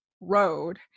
road